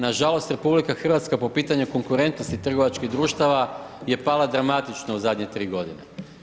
Nažalost RH po pitanju konkurentnosti trgovačkih društava je pala dramatično u zadnje tri godine.